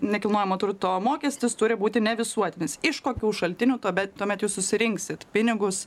nekilnojamo turto mokestis turi būti ne visuotinis iš kokių šaltinių tuobet tuomet jūs susirinksit pinigus